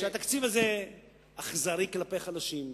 שהתקציב הזה אכזרי כלפי חלשים,